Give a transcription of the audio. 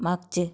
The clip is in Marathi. मागचे